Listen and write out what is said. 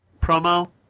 promo